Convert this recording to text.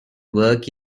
work